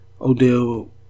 Odell